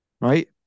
right